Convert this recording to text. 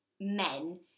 men